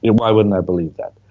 and why wouldn't i believe that?